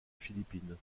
philippines